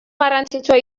garrantzitsua